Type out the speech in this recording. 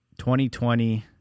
2020